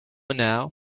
now